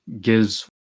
gives